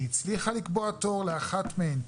היא הצליחה לקבוע תור לאחת מהן,